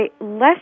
less